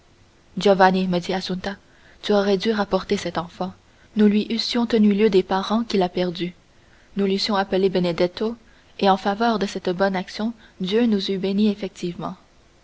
dit assunta tu aurais dû rapporter cet enfant nous lui eussions tenu lieu des parents qu'il a perdus nous l'eussions appelé benedetto et en faveur de cette bonne action dieu nous eût bénis effectivement